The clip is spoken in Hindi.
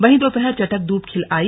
वहीं दोपहर चटख धूप खिल आई